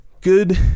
good